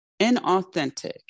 inauthentic